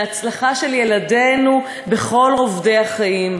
להצלחה של ילדינו בכל רובדי החיים.